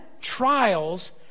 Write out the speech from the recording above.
trials